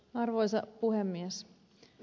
arvoisa puhemies